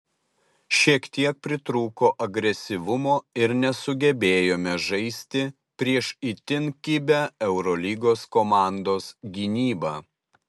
šiek tiek pritrūko agresyvumo ir nesugebėjome žaisti prieš itin kibią eurolygos komandos gynybą